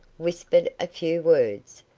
whispered a few words,